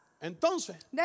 entonces